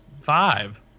five